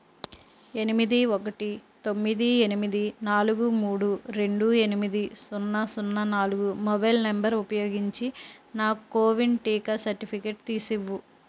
ఎనిమిది ఒకటి తొమ్మిది ఎనిమిది నాలుగు మూడు రెండు ఎనిమిది సున్నా సున్నా నాలుగు మొబైల్ నెంబర్ ఉపయోగించి నా కోవిన్ టీకా సర్టిఫికేట్ తీసివ్వుము